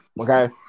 okay